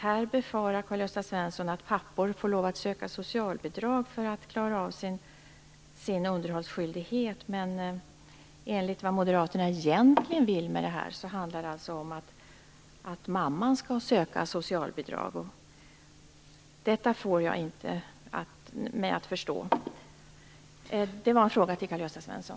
Han befarar att pappor kommer att få söka socialbidrag för att klara sin underhållsskyldighet. Enligt Moderaterna skulle det då handla om att mammor skall söka socialbidrag. Detta kan jag inte förstå. Det är en fråga till Karl-Gösta Svenson.